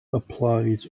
applies